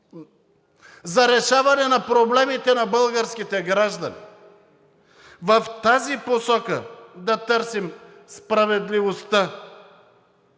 за решаване на проблемите на българските граждани. В тази посока да търсим справедливостта.